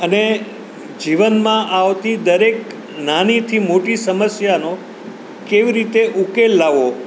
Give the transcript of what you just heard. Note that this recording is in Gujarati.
અને જીવનમાં આવતી દરેક નાનીથી મોટી સમસ્યાનો કેવી રીતે ઉકેલ લાવો